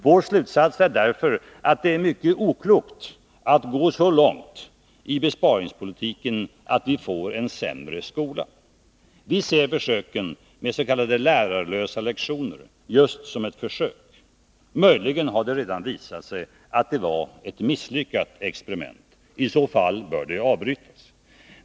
Vår slutsats är därför att det är mycket oklokt att gå så långt i besparingspolitiken att vi får en sämre skola. Visser försöken med s.k. lärarlösa lektioner just som ett försök. Möjligen har det redan visat sig att det var ett misslyckat experiment. I så fall bör det avbrytas.